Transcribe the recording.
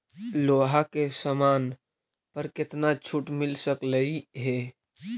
लोहा के समान पर केतना छूट मिल सकलई हे